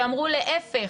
שאמרו להיפך,